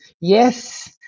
yes